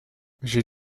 j’ai